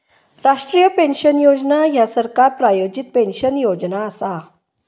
राष्ट्रीय पेन्शन योजना ह्या सरकार प्रायोजित पेन्शन योजना असा